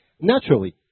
Naturally